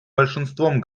большинством